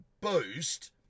boost